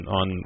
on